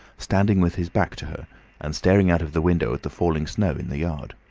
standing with his back to her and staring out of the window at the falling snow in the yard.